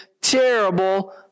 terrible